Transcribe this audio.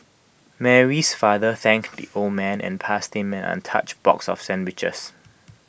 Mary's father thanked the old man and passed him an untouched box of sandwiches